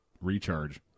recharge